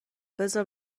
بزار